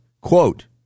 quote